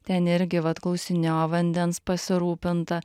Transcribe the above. ten irgi vat klausinėjo vandens pasirūpinta